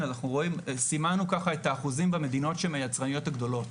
סימנו את האחוזים במדינות שהן היצרניות הגדולות.